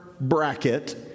bracket